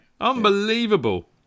Unbelievable